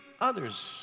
others